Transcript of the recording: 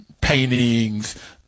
paintings